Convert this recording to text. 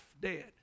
dead